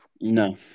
No